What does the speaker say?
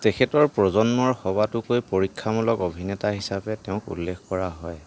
তেখেতৰ প্ৰজন্মৰ সবাতোকৈ পৰীক্ষামূলক অভিনেতা হিচাপে তেওঁক উল্লেখ কৰা হয়